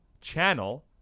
channel